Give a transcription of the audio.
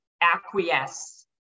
acquiesce